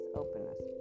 openness